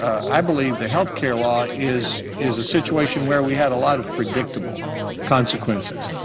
i believe the health care law is is a situation where we had a lot of predictable consequences.